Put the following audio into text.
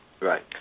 Right